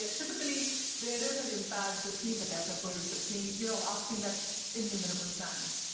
ah typically there is an impasse between the developers, between, you know i've seen that innumerable times.